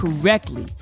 correctly